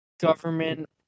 government